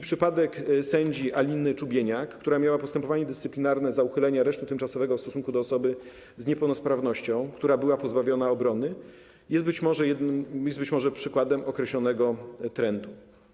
Przypadek sędzi Aliny Czubieniak, która miała postępowanie dyscyplinarne za uchylenie aresztu tymczasowego w stosunku do osoby z niepełnosprawnością, która była pozbawiona obrony, jest być może przykładem określonego trendu.